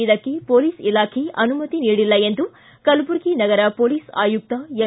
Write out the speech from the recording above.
ಇದಕ್ಕೆ ಮೊಲೀಸ್ ಇಲಾಖೆ ಅನುಮತಿ ನೀಡಿಲ್ಲ ಎಂದು ಕಲಬುರಗಿ ನಗರ ಮೊಲೀಸ್ ಆಯುಕ್ತ ಎಂ